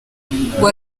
ngo